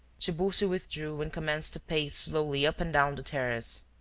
tiburcio withdrew and commenced to pace slowly up and down the terrace.